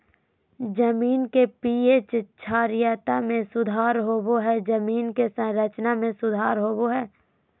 जमीन के पी.एच क्षारीयता में सुधार होबो हइ जमीन के संरचना में सुधार होबो हइ